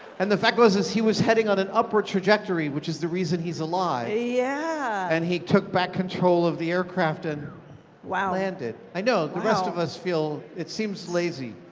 and the fact was he was heading on an upward trajectory, which is the reason he's alive. yeah. and he took back control of the aircraft and landed. i know, the rest of us feel, it seems lazy.